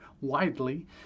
widely